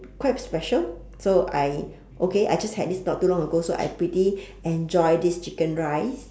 quite special so I okay I just had this not too long ago so I pretty enjoy this chicken rice